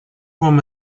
вам